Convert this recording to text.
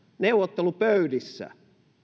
neuvottelupöydissä